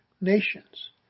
nations